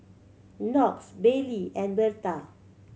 Knox Bailey and Berta